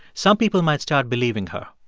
some people might start believing her.